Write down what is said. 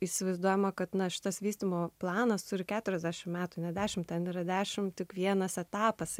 įsivaizduojama kad na šitas vystymo planas turi keturiasdešim metų ne dešimt ten yra dešimt tik vienas etapas